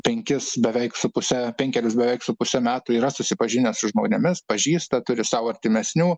penkis beveik su puse penkerius beveik su puse metų yra susipažinęs su žmonėmis pažįsta turi sau artimesnių